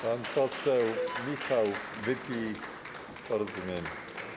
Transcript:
Pan poseł Michał Wypij, Porozumienie.